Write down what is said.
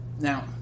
Now